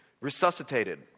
resuscitated